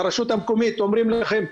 הרשות המקומית אומרים לכם,